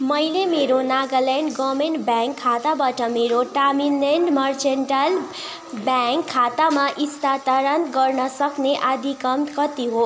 मैले मेरो Nagaland government bank खाताबाट मेरो तमिलल्यान्ड मर्चेन्टाइल ब्याङ्क खातामा स्थानान्तरण गर्न सक्ने अधिकतम कति हो